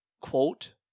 quote